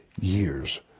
years